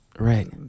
right